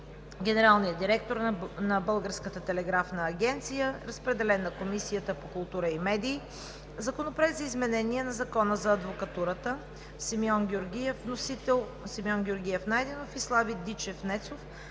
генералният директор на Българската телеграфна агенция. Разпределен е на Комисията по културата и медиите. Законопроект за изменение на Закона за адвокатурата. Вносители: Симеон Георгиев Найденов и Слави Дичев Нецов.